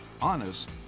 honest